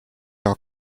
are